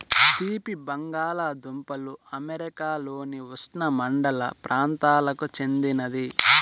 తీపి బంగాలదుంపలు అమెరికాలోని ఉష్ణమండల ప్రాంతాలకు చెందినది